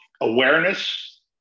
awareness